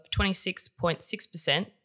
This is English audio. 26.6%